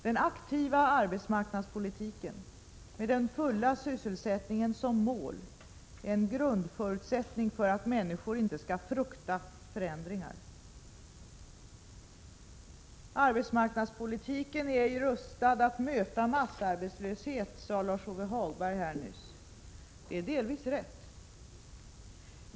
Den aktiva arbetsmarknadspolitiken med den fulla sysselsättningen som mål är en grundförutsättning för att människor inte skall frukta förändringar. Arbetsmarknadspolitiken är rustad att möta massarbetslöshet, sade Lars-Ove Hagberg nyss. Det är delvis rätt.